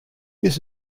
this